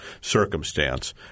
circumstance